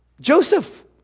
Joseph